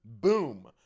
boom